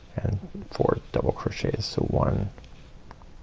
and four double crochets. so one